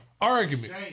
argument